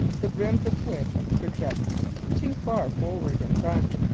the brims of which project too far forward in front,